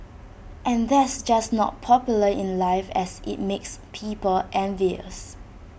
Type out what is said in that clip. and that's just not popular in life as IT makes people envious